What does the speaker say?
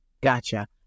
Gotcha